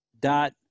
dot